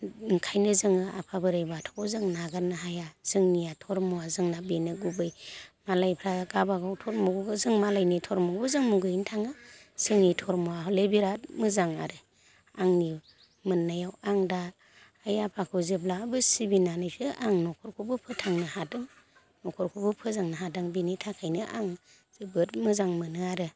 ओंखायनो जोङो आफा बोराय बाथौखौ जों नागारनो हाया जोंनिया धरम'आ जोंना बेनो गुबै मालायफ्रा गावबागाव धरभ' जों मालायनि धरम'खौबो जों मुगैनो थाङा जोंनि धरम'आ हले बिराद मोजां आरो आंनि मोननायाव आं दा आय आफाखौ जेब्लाबो सिबिनानैसो आं न'खरखौबो फोथांनो हादों न'खरखौबो फोजोंनो हादों बिनि थाखायनो आं जोबोद मोजां मोनो आरो